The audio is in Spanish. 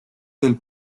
del